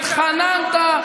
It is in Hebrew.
התחננת,